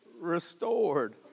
restored